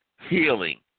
healing